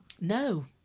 No